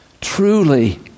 Truly